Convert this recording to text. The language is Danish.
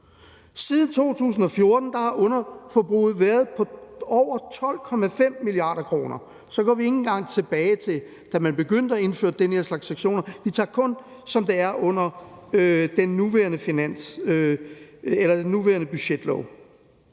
Siden 2014 har underforbruget været på over 12,5 mia. kr., og så går vi ikke engang tilbage til dengang, da man begyndte at indføre den her slags sanktioner, men vi tager kun det med, som det er under den nuværende budgetlov.